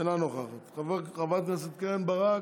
אינה נוכחת, חברת הכנסת קרן ברק.